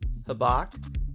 Habak